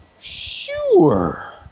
Sure